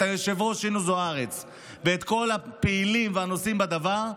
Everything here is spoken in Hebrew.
את היושב-ראש שינו זוארץ ואת כל הפעילים והנושאים בדבר,